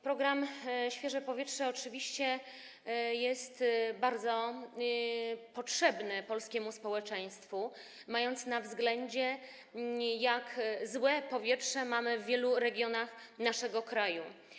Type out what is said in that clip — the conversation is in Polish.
Program świeże powietrze oczywiście jest bardzo potrzebny polskiemu społeczeństwu, gdy mamy na względzie, jak złe powietrze mamy w wielu regionach naszego kraju.